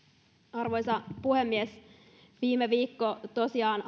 arvoisa puhemies viime viikko tosiaan